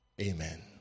Amen